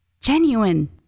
genuine